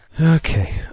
Okay